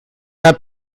have